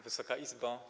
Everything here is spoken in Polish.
Wysoka Izbo!